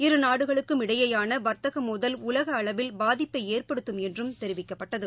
இரு நாடுகளுக்கும் இடையேயானவா்த்தகமோதல் உலகஅளவில் பாதிப்பைஏற்படுத்தும் என்றும் தெரிவிக்கப்பட்டது